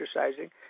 exercising